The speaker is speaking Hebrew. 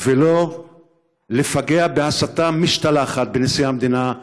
ולא לפגע בהסתה משתלחת בנשיא המדינה,